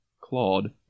Claude